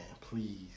Please